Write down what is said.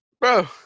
bro